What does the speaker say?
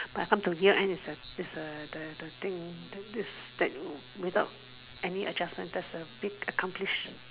but I come to here end is a is a the the thing this that without any adjustment that's a big accomplish